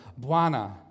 Buana